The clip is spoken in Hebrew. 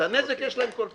את הנזק יש להם כל פעם.